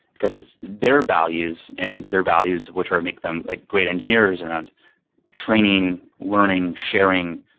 because it's their values and their values which will make them like great engineers around training, learning sharing,